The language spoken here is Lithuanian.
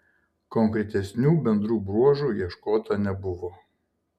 konkretesnių bendrų bruožų ieškota nebuvo